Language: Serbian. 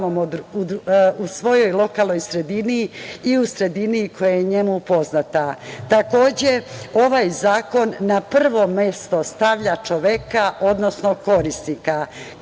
u svojoj lokalnoj sredini i u sredini koja je njemu poznata. Takođe, ovaj zakon na prvo mesto stavlja čoveka, odnosno korisnika.